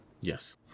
Yes